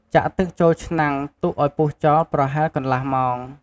ចាក់ទឹកចូលឆ្នាំង ទុកឱ្យពុះចោល ប្រហែលកន្លះម៉ោង។